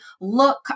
look